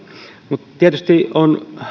tietysti